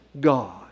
God